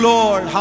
Lord